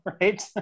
right